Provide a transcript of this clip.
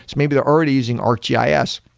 maybe they're already using arcgis.